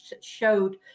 showed